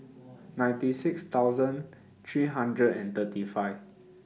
ninety six thousand three hundred and thirty five